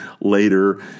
later